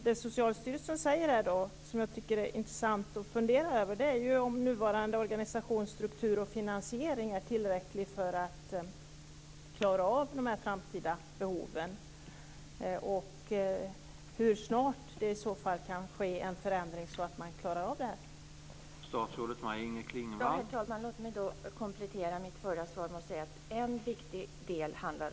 Det Socialstyrelsen tar upp, och som jag tycker är intressant att fundera över, är om nuvarande organisations struktur och finansiering är tillräckliga för att klara de framtida behoven samt hur snart det annars kan ske en förändring så att man klarar av det här.